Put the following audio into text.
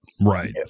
right